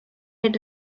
had